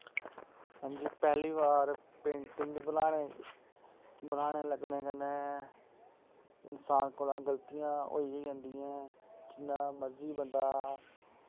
हां जी पैह्ली बार पेंटिंग बनाने बनाने लग्गने कन्नै इंसान कोला गलतियां होई गै जंदियां ऐ जिन्ना मर्जी बंदा